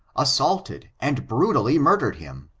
assaulted and brutally murdered him